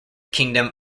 kingdom